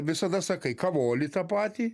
visada sakai kavolį tą patį